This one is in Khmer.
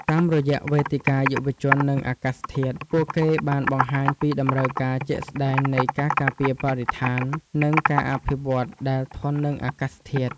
តាមរយៈវេទិកាយុវជន និងអាកាសធាតុ ពួកគេបានបង្ហាញពីតម្រូវការជាក់ស្ដែងនៃការការពារបរិស្ថាន និងការអភិវឌ្ឍដែលធន់នឹងអាកាសធាតុ។